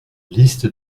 liste